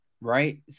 right